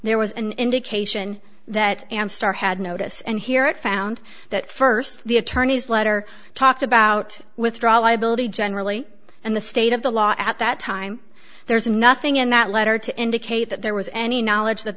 there was an indication that i am starr had notice and here it found that first the attorney's letter talked about withdrawal liability generally and the state of the law at that time there's nothing in that letter to indicate that there was any knowledge that